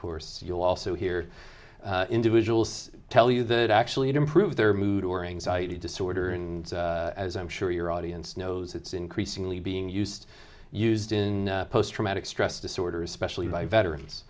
course you'll also hear individuals tell you that actually improve their mood or anxiety disorder and as i'm sure your audience knows it's increasingly being used used in post traumatic stress disorder especially by veterans